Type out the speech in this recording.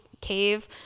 cave